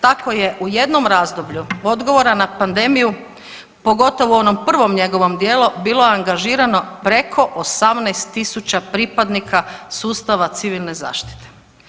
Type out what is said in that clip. Tako je u jednom razdoblju odgovora na pandemiju, pogotovo u onom prvom njegovom dijelu bilo angažirano preko 18.000 pripadnika sustava civilne zaštite.